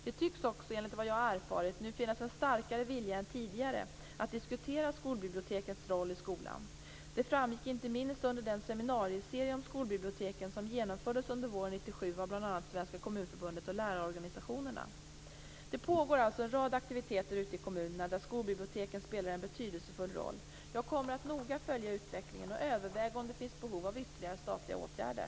Det tycks också, enligt vad jag har erfarit, nu finnas en starkare vilja än tidigare att diskutera skolbibliotekets roll i skolan. Det framgick inte minst under den seminarieserie om skolbiblioteken som genomfördes under våren 1997 av bl.a. Svenska Kommunförbundet och lärarorganisationerna. Det pågår alltså en rad aktiviteter ute i kommunerna där skolbiblioteken spelar en betydelsefull roll. Jag kommer noga att följa utvecklingen och överväga om det finns behov av ytterligare statliga åtgärder.